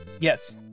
Yes